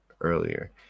earlier